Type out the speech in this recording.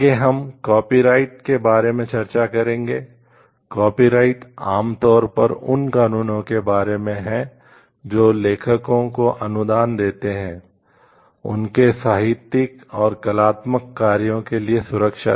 आगे हम कॉपीराइट आमतौर पर उन कानूनों के बारे में हैं जो लेखकों को अनुदान देते हैं उनके साहित्यिक और कलात्मक कार्यों के लिए सुरक्षा